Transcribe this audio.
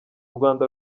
rwanda